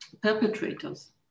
perpetrators